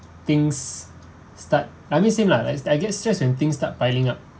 things start I mean same lah as I get stress when things start piling up